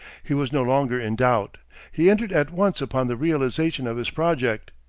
he was no longer in doubt he entered at once upon the realization of his project.